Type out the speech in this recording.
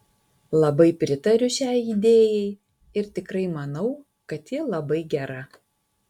labai pritariu šiai idėjai ir tikrai manau kad ji labai gera